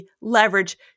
leverage